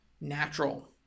natural